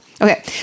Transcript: Okay